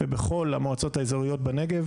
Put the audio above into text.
ובכל המועצות האזוריות בנגב.